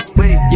wait